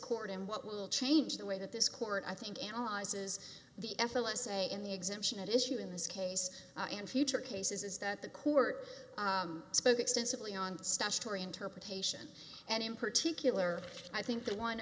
court and what will change the way that this court i think analyzes the f l s say in the exemption at issue in this case and future cases is that the court spoke extensively on the statutory interpretation and in particular i think the on